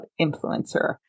influencer